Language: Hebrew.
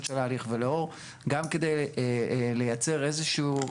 של ההליך ולאור גם כדי לייצר איזה שהוא,